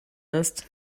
ist